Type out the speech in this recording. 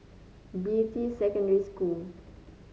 Beatty Secondary School